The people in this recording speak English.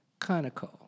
Conoco